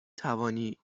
توانی